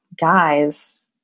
guys